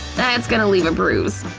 that's gonna leave a bruise.